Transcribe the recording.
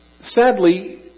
sadly